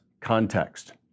context